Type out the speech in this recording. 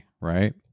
right